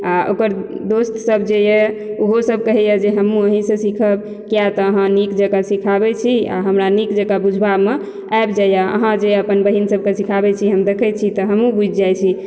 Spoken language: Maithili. आ ओकर दोस्त सब जे यऽ ओहो सब कहैया जे हमहुँ अहीं सँ सिखब किए तऽ अहाँ नीक जकाँ सिखाबै छी आ हमरा नीक जकाँ बुझबामे आबि जाइया अहाँ जे अपन बहिन सबके सिखाबै छी हम देखै छी तऽ हमहु बुझि जाइ छी